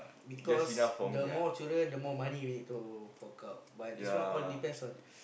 because the more children the more money you need to fork out but this one all depends on